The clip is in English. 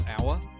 hour